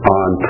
on